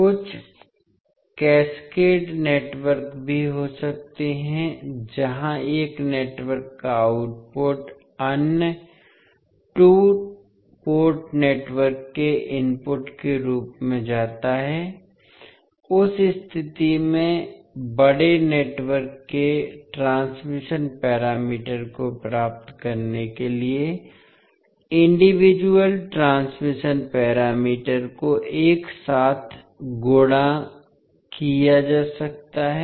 कुछ cascade network भी हो सकते हैं जहां एक नेटवर्क का आउटपुट अन्य टू पोर्ट नेटवर्क के इनपुट के रूप में जाता है उस स्थिति में बड़े नेटवर्क के ट्रांसमिशन पैरामीटर को प्राप्त करने के लिए इंडिविजुअल ट्रांसमिशन पैरामीटर को एक साथ गुणा किया जा सकता है